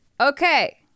Okay